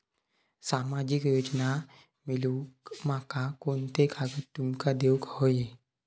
सामाजिक योजना मिलवूक माका कोनते कागद तुमका देऊक व्हये?